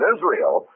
Israel